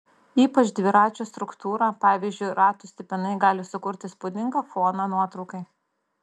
ypač dviračių struktūra pavyzdžiui ratų stipinai gali sukurti įspūdingą foną nuotraukai